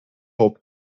top